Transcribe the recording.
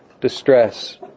distress